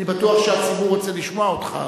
אני בטוח שהציבור רוצה לשמוע אותך,